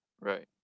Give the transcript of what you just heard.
right